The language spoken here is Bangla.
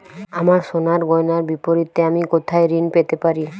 আমার সোনার গয়নার বিপরীতে আমি কোথায় ঋণ পেতে পারি?